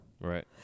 right